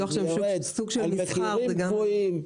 על מחירים קבועים.